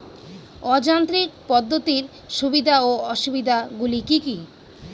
অযান্ত্রিক পদ্ধতির সুবিধা ও অসুবিধা গুলি কি কি?